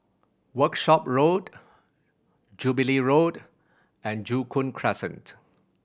Workshop Road Jubilee Road and Joo Koon Crescent